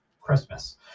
Christmas